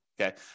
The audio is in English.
okay